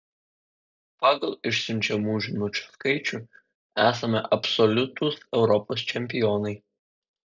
pagal išsiunčiamų žinučių skaičių esame absoliutūs europos čempionai